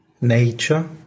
nature